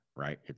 right